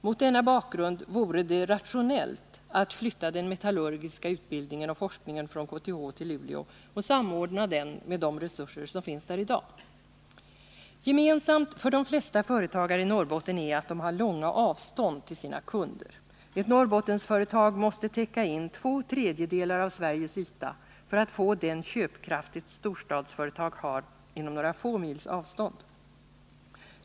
Mot denna bakgrund vore det rationellt att flytta den metallurgiska utbildningen och forskningen från KTH till Luleå och samordna den med de resurser som finns där i dag. Gemensamt för de flesta företagare i Norrbotten är att de har långa avstånd till sina kunder. Ett Norrbottensföretag måste täcka in två tredjedelar av Sveriges yta för att få den köpkraft ett storstadsföretag har inom några få mils avstånd.